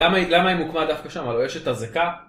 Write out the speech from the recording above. למה היא, למה היא מוקמה דווקא שם? הלא יש את עזקה?